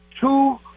two